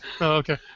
Okay